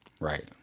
Right